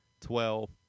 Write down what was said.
twelve